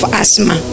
asthma